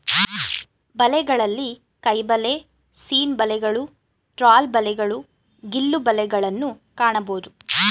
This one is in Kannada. ಬಲೆಗಳಲ್ಲಿ ಕೈಬಲೆ, ಸೀನ್ ಬಲೆಗಳು, ಟ್ರಾಲ್ ಬಲೆಗಳು, ಗಿಲ್ಲು ಬಲೆಗಳನ್ನು ಕಾಣಬೋದು